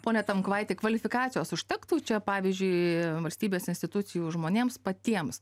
pone tamkvaiti kvalifikacijos užtektų čia pavyzdžiui valstybės institucijų žmonėms patiems